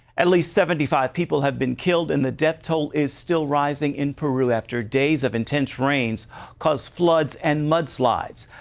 at least seventy five people have been killed, and the death toll is still rising in peru after days of intense rains cost floods and mudslides.